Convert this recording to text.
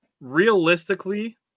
Realistically